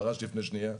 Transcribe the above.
פרש לפני שנייה,